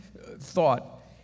thought